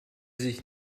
sich